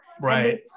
Right